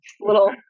Little